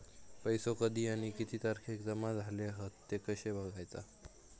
पैसो कधी आणि किती तारखेक जमा झाले हत ते कशे बगायचा?